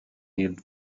healed